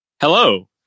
Hello